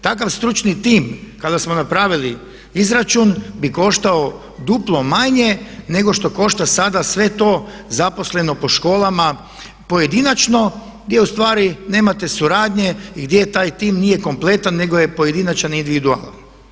Takav stručni tim kada smo napravili izračun bi koštao duplo manje nego što košta sada sve to zaposleno po školama pojedinačno gdje ustvari nemate suradnje i gdje taj tim nije kompletan nego je pojedinačan, individualan.